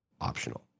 optional